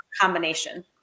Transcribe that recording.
combination